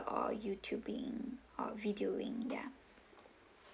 or youtubing or videoing ya